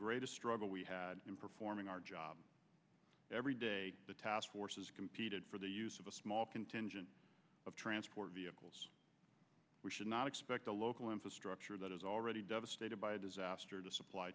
greatest struggle we had in performing our job every day the task forces competed for the use of a small contingent of transport vehicles we should not expect the local infrastructure that is already devastated by a disaster to supply